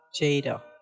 Jada